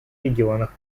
регионах